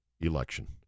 election